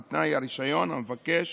או תנאי הרישיון או ממבקש